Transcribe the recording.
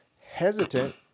hesitant